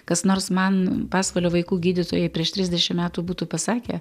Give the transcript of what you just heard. kas nors man pasvalio vaikų gydytojai prieš trisdešim metų būtų pasakę